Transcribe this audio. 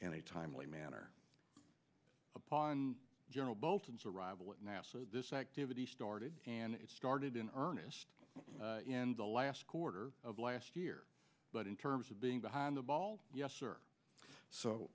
in a timely manner upon general bolton's arrival at nasa this activity started and it started in earnest in the last quarter of last year but in terms of being behind the ball yes sir so